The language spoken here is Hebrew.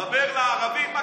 דבר לערבים, מה